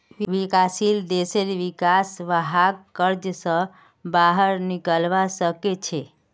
विकासशील देशेर विका स वहाक कर्ज स बाहर निकलवा सके छे